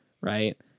Right